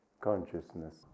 consciousness